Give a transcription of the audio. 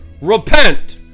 repent